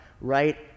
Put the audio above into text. right